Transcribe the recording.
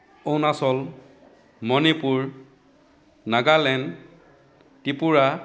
Arunachal Manipur Nagaland Tripura